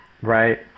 right